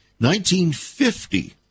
1950